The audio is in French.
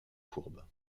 courbe